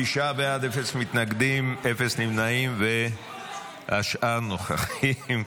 תשעה בעד, אפס מתנגדים, אפס נמנעים והשאר נוכחים.